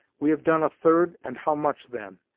we have done a third and how much, then,